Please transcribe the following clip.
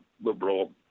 liberal